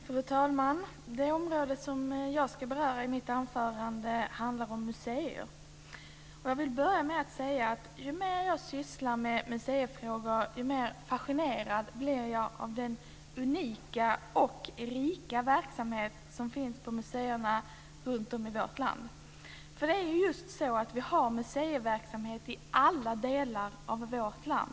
Fru talman! Det område som jag ska beröra i mitt anförande är museiområdet. Jag vill börja med att säga så här: Ju mer jag sysslar med museifrågor, desto mer fascinerad blir jag av den unika och rika verksamhet som finns på museerna runtom i vårt land. Det är just så att vi har museiverksamhet i alla delar av vårt land.